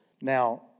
Now